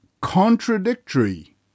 contradictory